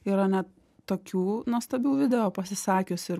yra net tokių nuostabių video pasisakiusių ir